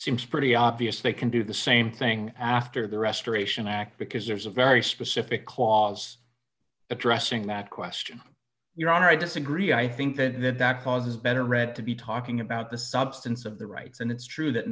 seems pretty obvious they can do the same thing after the restoration act because there's a very specific clause addressing that question your honor i disagree i think that that causes better read to be talking about the substance of the rights and it's true that